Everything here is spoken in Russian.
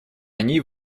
они